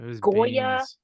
goya